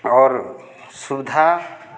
और सुविधा